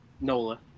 Nola